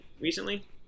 recently